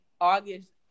August